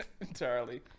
entirely